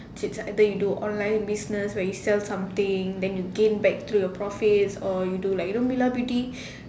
tips and then you do online business when you sell something then you gain back to your profits or you do like you know Mila beauty